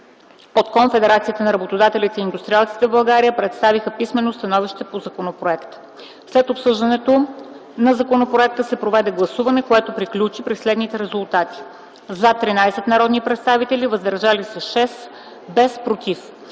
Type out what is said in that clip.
От Конфедерацията на работодателите и индустриалците в България представиха писмено становище по законопроекта. След обсъждането на законопроекта се проведе гласуване което приключи при следните резултати: „за” – 13 народни представители, без „против”,